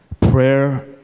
Prayer